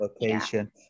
location